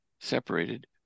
separated